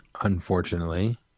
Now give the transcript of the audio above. unfortunately